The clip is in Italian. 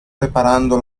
preparando